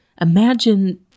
Imagine